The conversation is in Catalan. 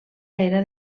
era